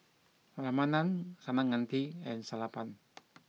Ramanand Kaneganti and Sellapan